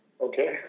Okay